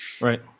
Right